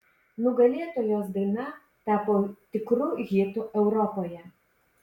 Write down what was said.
nugalėtojos daina tapo tikru hitu europoje